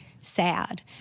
sad